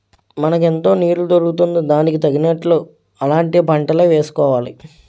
మనకెంత నీరు దొరుకుతుందో దానికి తగినట్లు అలాంటి పంటలే వేసుకోవాలి